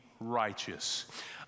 Righteous